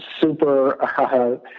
super